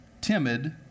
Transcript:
timid